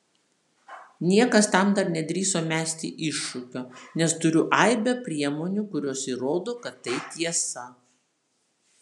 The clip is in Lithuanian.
niekas tam dar nedrįso mesti iššūkio nes turiu aibę priemonių kurios įrodo kad tai tiesa